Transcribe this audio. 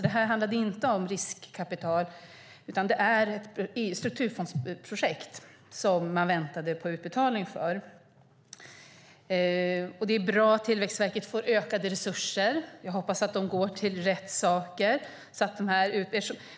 Det handlade alltså inte om riskkapital, utan det var ett strukturfondsprojekt som man väntade på utbetalning för. Det är bra att Tillväxtverket får ökade resurser. Jag hoppas att de går till rätt saker.